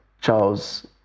Charles